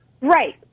Right